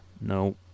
no